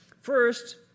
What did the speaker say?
first